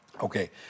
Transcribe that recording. Okay